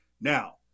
Now